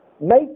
Make